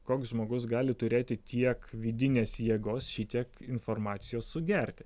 koks žmogus gali turėti tiek vidinės jėgos šitiek informacijos sugerti